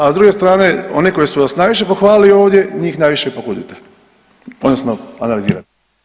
A s druge strane oni koji su vas najviše pohvalili ovdje njih najviše i pokudite odnosno analizirajte.